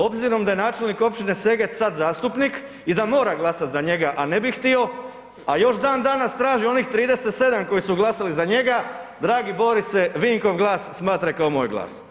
Obzirom da je načelnik općine Seget sad zastupnik i da mora glasat za njega a ne bi htio, a još dandanas traži onih 37 koji su glasali za njega, dragi Borise, Vinkov glas smatraj kao moj glas.